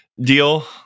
Deal